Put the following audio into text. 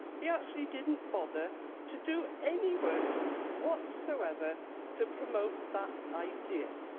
he actually didn't bother to do any work whatsoever to promote that idea.